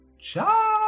Ciao